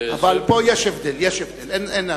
אבל פה יש הבדל, אין ויכוח.